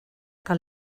que